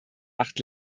acht